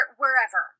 wherever